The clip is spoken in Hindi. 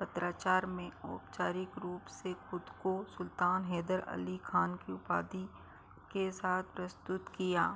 पत्राचार में औपचारिक रूप से ख़ुद को सुल्तान हैदर अली खान की उपाधि के साथ प्रस्तुत किया